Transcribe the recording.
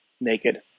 naked